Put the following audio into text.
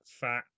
fat